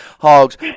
Hogs